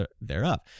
thereof